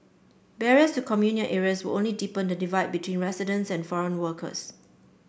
barriers to communal areas would only deepen the divide between residents and foreign workers